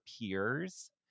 peers